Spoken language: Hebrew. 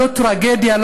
זו טרגדיה.